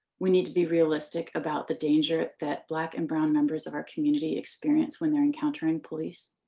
we need to be realistic about the danger that black and brown members of our community experience when they are encountering police.